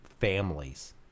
families